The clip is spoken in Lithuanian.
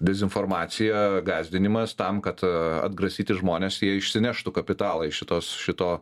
dezinformacija gąsdinimas tam kad atgrasyti žmones jie išsineštų kapitalą iš šitos šito